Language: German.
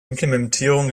implementierung